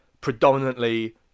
predominantly